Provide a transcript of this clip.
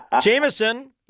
Jameson